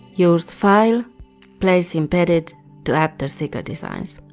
use file place embedded to add the sticker designs.